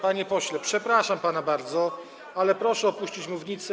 Panie pośle, przepraszam pana bardzo, ale proszę opuścić mównicę.